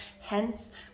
Hence